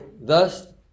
thus